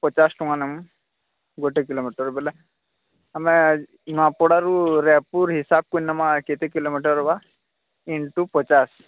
ପଚାଶ ଟଙ୍କା ନେବୁ ଗୋଟେ କିଲୋମିଟର୍ ବୋଇଲେ ଆମେ ନୂଆପଡ଼ାରୁ ରାୟପୁର ହିସାବକୁ ନେବା କେତେ କିଲୋମିଟର୍ ହେବ ଇନ୍ଟୁ ପଚାଶ